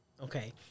Okay